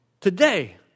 today